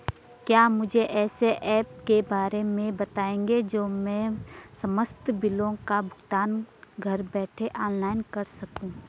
क्या मुझे ऐसे ऐप के बारे में बताएँगे जो मैं समस्त बिलों का भुगतान घर बैठे ऑनलाइन कर सकूँ?